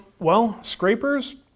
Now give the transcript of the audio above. well, scrapers,